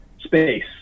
space